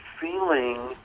feeling